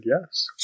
yes